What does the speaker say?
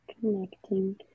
Connecting